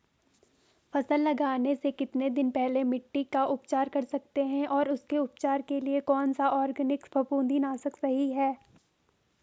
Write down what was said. फसल लगाने से कितने दिन पहले मिट्टी का उपचार कर सकते हैं और उसके उपचार के लिए कौन सा ऑर्गैनिक फफूंदी नाशक सही है?